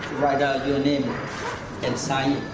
write ah your name and sign